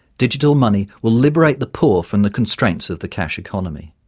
digital money will liberate the poor from the constraints of the cash economy.